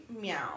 Meow